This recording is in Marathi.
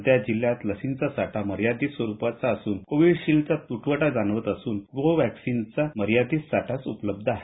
सध्या जिल्ह्यात लसींचा साठा मर्यादित स्वरूपात असून कोविडशिल्डचा तुटवडा जाणवत असून कोर्वेक्सिनचा मर्यादित साठाच उपलब्ध आहे